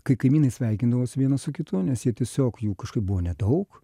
kai kaimynai sveikindavos vienas su kitu nes jie tiesiog jų kažkaip buvo nedaug